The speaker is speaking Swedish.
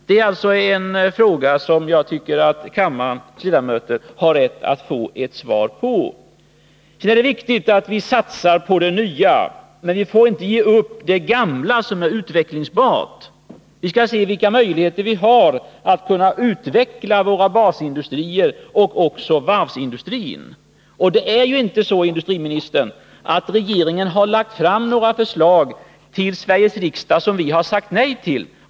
Det är en fråga som jag tycker att kammarens ledamöter har rätt att få ett svar på. Vidare är det viktigt att vi satsar på det nya. Men vi får inte ge upp det gamla som är utvecklingsbart. Vi skall undersöka vilka möjligheter vi har när det gäller att utveckla våra basindustrier och även varvsindustrin. Det är ju inte så, herr industriminister, att regeringen har lagt fram några förslag till Sveriges riksdag som vi har sagt nej till.